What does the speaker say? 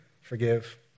forgive